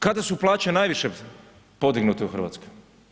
Kada su plaće najviše podignute u Hrvatskoj?